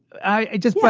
i just,